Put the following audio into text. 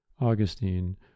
Augustine